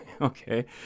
Okay